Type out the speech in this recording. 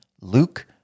Luke